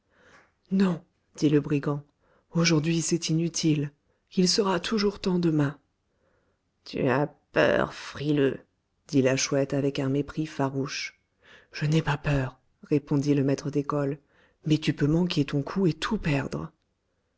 non dit le brigand aujourd'hui c'est inutile il sera toujours temps demain tu as peur frileux dit la chouette avec un mépris farouche je n'ai pas peur répondit le maître d'école mais tu peux manquer ton coup et tout perdre